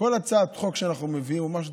כל הצעת חוק שאנחנו מביאים או משהו,